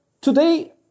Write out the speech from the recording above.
today